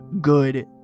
good